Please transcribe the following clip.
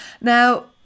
Now